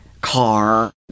car